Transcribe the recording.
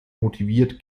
motiviert